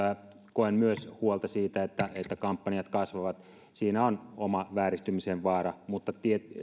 koen myös huolta siitä että että kampanjat kasvavat siinä on oma vääristymisen vaaransa mutta